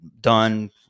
done